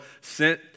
sent